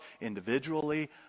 individually